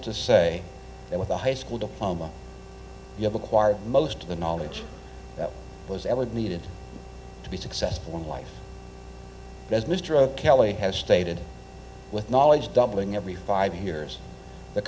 to say that with a high school diploma you have acquired most of the knowledge that was ever needed to be successful in life as mr kelley has stated with knowledge doubling every five years the